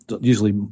usually